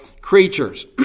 creatures